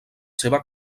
seva